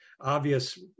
obvious